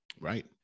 Right